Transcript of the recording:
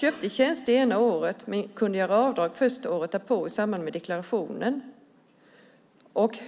köpte tjänster ena året men först kunde göra avdrag året därpå i samband med deklarationen.